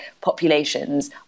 populations